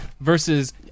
versus